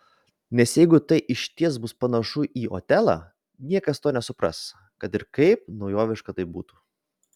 nes jeigu tai išties bus panašu į otelą niekas to nesupras kad ir kaip naujoviška tai būtų